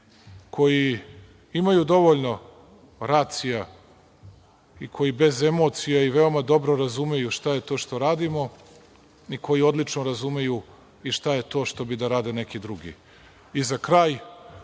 koji imaju dovoljno racija i koji bez emocije i veoma dobro razumeju šta je to što radimo i koji odlično razumeju šta je to što bi da rade neki drugi.Za kraj,